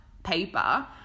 paper